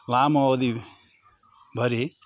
लामो अवधिभरि